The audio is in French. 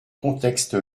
contexte